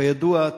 כידוע,